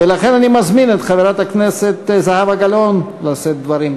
ולכן אני מזמין את חברת הכנסת זהבה גלאון לשאת דברים.